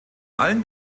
allen